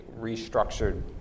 restructured